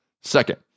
Second